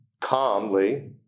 calmly